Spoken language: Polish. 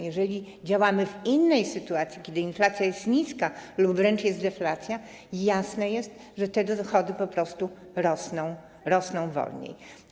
Jeżeli działamy w innej sytuacji, kiedy inflacja jest niska lub wręcz jest deflacja, jasne jest, że te dochody po prostu rosną wolniej.